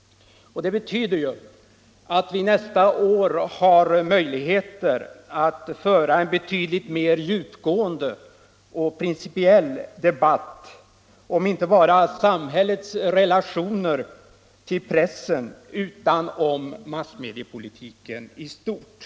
Det betyder att vi nästa år har möjligheter att föra en betydligt mer djupgående och principiell debatt inte bara om samhällets relationer till pressen utan också om massmediepolitiken i stort.